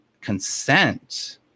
consent